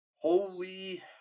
Holy